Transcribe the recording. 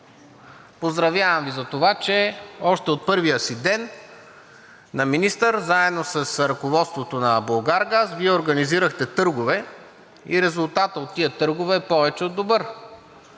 Поздравявам Ви за това, че още от първия си ден на министър заедно с ръководството на „Булгаргаз“ Вие организирахте търгове и резултатът от тези търгове е повече от добър.